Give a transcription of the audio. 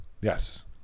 Yes